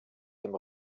dem